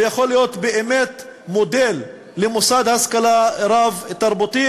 ויכול להיות באמת מודל למוסד להשכלה רב-תרבותי.